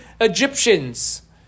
Egyptians